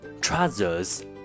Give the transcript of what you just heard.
trousers